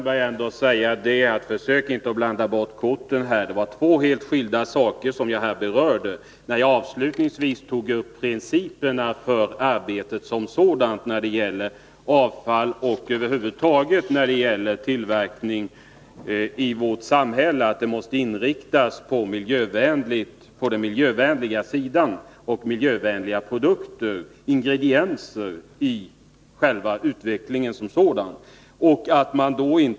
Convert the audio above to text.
Herr talman! Försök inte att blanda bort korten, Håkan Strömberg! Det var två helt skilda saker jag berörde när jag avslutningsvis tog upp principerna för arbetet som sådant när det gäller avfall och tillverkning över huvud taget i vårt samhälle. Det arbetet måste ha en miljövänlig inriktning. Vi bör sträva mot miljövänliga produkter och ingredienser i själva tillverkningen som sådan.